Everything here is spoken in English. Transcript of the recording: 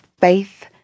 faith